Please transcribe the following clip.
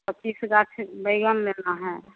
पच्चीस गाछ बैंगन लेना है